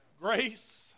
Grace